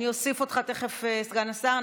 אני אוסיף אותך תכף, סגן השר.